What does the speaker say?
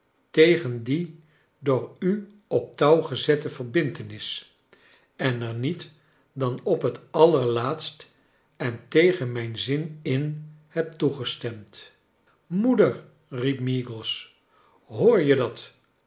tegen die door u op touw gezette verbintenis en er niet dan op het allerlaatst en tegen mijn zin in heb toegestemd moeder riep meagles hoor je dat